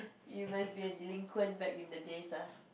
you must be a delinquent back in the days ah